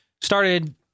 started